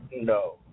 no